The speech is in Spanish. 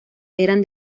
eran